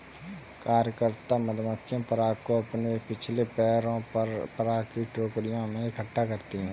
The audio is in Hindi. कार्यकर्ता मधुमक्खियां पराग को अपने पिछले पैरों पर पराग की टोकरियों में इकट्ठा करती हैं